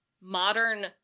modern